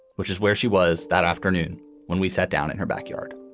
which is where she was that afternoon when we sat down in her backyard.